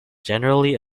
generally